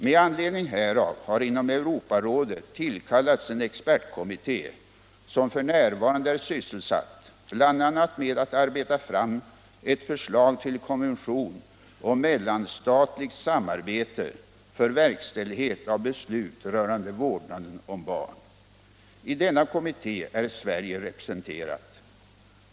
Med anledning härav har inom Europarådet tillkallats en expertkommitté, som f.n. är sysselsatt med att bl.a. arbeta fram ett förslag till konvention om mellanstatligt samarbete för verkställighet av beslut rörande vårdnaden om barn. I den na kommitté är Sverige representerat.